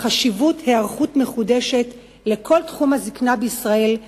בו ובחשיבות של היערכות מחודשת לכל תחום הזיקנה בישראל,